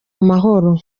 mahoro